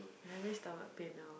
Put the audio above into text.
I'm having stomach pain now